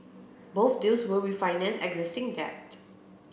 both deals will refinance existing debt